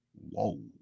Whoa